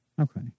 Okay